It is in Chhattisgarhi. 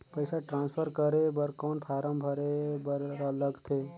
पईसा ट्रांसफर करे बर कौन फारम भरे बर लगथे?